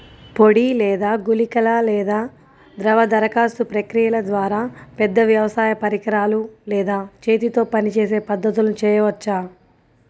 పొడి లేదా గుళికల లేదా ద్రవ దరఖాస్తు ప్రక్రియల ద్వారా, పెద్ద వ్యవసాయ పరికరాలు లేదా చేతితో పనిచేసే పద్ధతులను చేయవచ్చా?